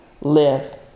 live